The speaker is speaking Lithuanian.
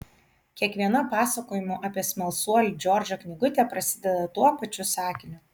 kiekviena pasakojimų apie smalsuolį džordžą knygutė prasideda tuo pačiu sakiniu